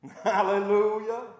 hallelujah